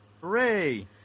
Hooray